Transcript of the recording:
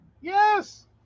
yes